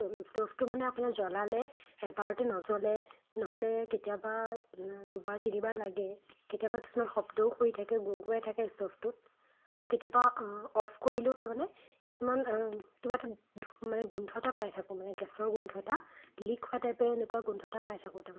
ষ্ট'ভটো মানে আপোনাৰ জ্বলালে এবাৰতে নজ্বলে নহ'লে কেতিয়াবা দুবাৰ তিনিবাৰ লাগে কেতিয়াবা কিছুমান শব্দও কৰি থাকে গো গোৱাই থাকে ষ্ট'ভটোত আৰু কেতিয়াবা অফ কৰিলেও তাৰমানে কিছুমান কিবা এটা ধু মানে গোন্ধ এটা পাই থাকোঁ মানে গেছৰ গোন্ধ এটা লিক হোৱা টাইপে এনেকুৱা গোন্ধ এটা পাই থাকোঁ তাৰমানে